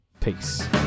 Peace